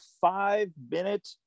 five-minute